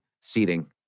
seating